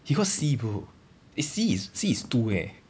he got C bro C is C is two eh